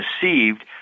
deceived